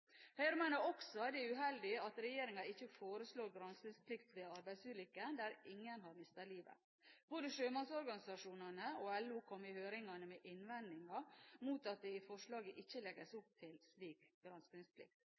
Høyre mener også at det er uheldig at regjeringen ikke foreslår granskingsplikt ved arbeidsulykker der ingen har mistet livet. Både sjømannsorganisasjonene og LO kom i høringene med innvendinger mot at det i forslaget ikke legges